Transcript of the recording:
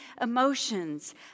emotions